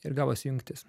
ir gavosi jungtis